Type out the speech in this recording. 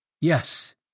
yes